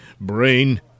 brain